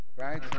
Right